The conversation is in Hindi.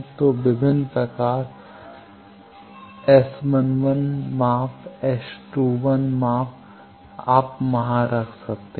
तो विभिन्न माप S11 माप S21 माप आप वहां रख सकते हैं